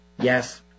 Yes